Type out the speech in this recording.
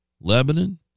Lebanon